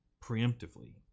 preemptively